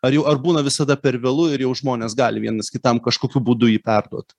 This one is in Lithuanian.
ar jau ar būna visada per vėlu ir jau žmonės gali vienas kitam kažkokiu būdu jį perduot